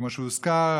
כמו שהוזכר,